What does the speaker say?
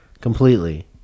completely